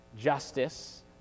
justice